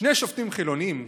שני שופטים חילונים,